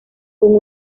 con